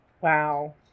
Wow